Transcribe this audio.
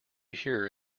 hear